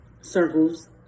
circles